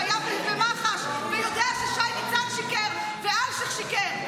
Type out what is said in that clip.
שהיה במח"ש ויודע ששי ניצן שיקר ואלשיך שיקר,